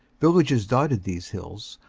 villages dotted these hins.